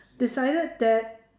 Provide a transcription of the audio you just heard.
decided that